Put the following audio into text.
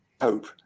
hope